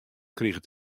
kriget